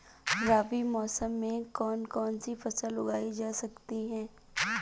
रबी मौसम में कौन कौनसी फसल उगाई जा सकती है?